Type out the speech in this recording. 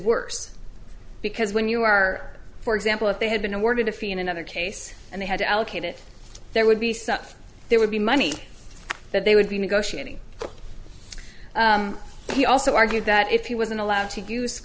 worse because when you are for example if they had been awarded a fee in another case and they had to allocate it there would be stuff there would be money that they would be negotiating he also argued that if he wasn't allowed to use